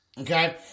Okay